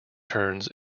turns